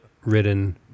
ridden